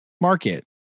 market